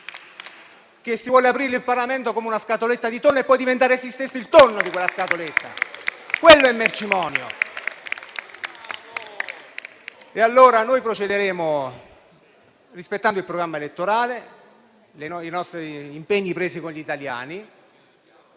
che si vuole aprire il Parlamento come una scatoletta di tonno e poi diventare essi stessi il tonno di quella scatoletta. Quello è mercimonio. Noi procederemo rispettando il programma elettorale e i nostri impegni presi con gli italiani,